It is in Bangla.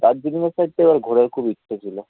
দার্জিলিংয়ের সাইডটা একবার ঘোরার খুব ইচ্ছে ছিল